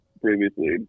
previously